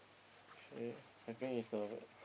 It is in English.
!chey! I think is the word